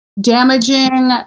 damaging